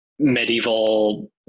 medieval